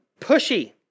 pushy